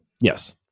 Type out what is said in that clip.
Yes